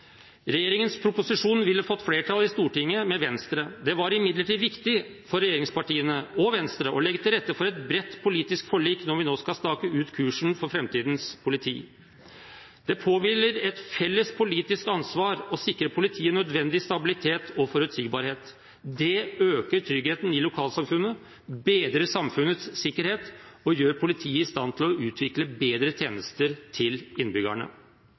Regjeringens proposisjon ville fått flertall i Stortinget med Venstre. Det var imidlertid viktig for regjeringspartiene og Venstre å legge til rette for et bredt politisk forlik når vi nå skal stake ut kursen for framtidens politi. Det påhviler et felles politisk ansvar å sikre politiet nødvendig stabilitet og forutsigbarhet. Det øker tryggheten i lokalsamfunnet, bedrer samfunnets sikkerhet og gjør politiet i stand til å utvikle bedre tjenester til innbyggerne.